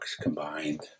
combined